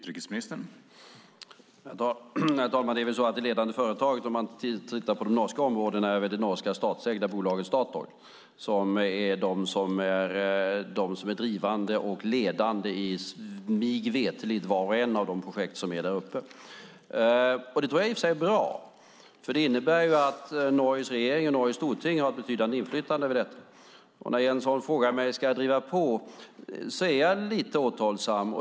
Herr talman! Det är väl så att det ledande företaget, om man tittar på de norska områdena, är det norska statsägda bolaget Statoil. Det är drivande och ledande i mig veterligt vart och ett av de projekt som finns där uppe. Det tror jag i och för sig är bra, för det innebär att Norges regering och Stortinget har ett betydande inflytande över det. När Jens Holm frågar mig om jag ska driva på är jag lite återhållsam.